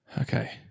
Okay